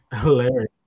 Hilarious